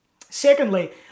Secondly